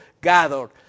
gathered